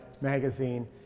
magazine